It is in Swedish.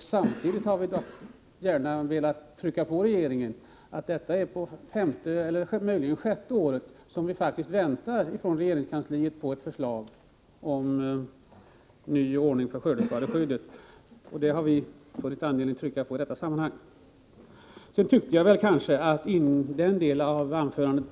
Samtidigt har vi gärna velat trycka på hos regeringen och tala om, att detta är faktiskt femte eller möjligen sjätte året som vi väntar på ett förslag från regeringskansliet om en ny ordning för skördeskadeskyddet. Det har vi alltså funnit anledning att framhålla i det här sammanhanget. I ett avsnitt av anförandet